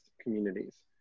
communities